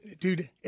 Dude